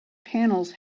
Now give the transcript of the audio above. panels